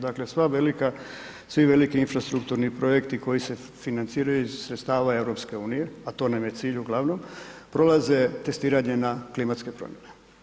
Dakle, sva velika, svi veliki infrastrukturni projekti koji se financiraju iz sredstava EU, a to nam je cilj uglavnom, prolaze testiranje na klimatske promjene.